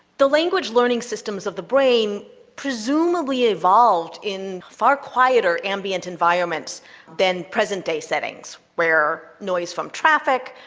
the language learning systems of the brain presumably evolved in far quieter ambient environments than present-day settings where noise from traffic,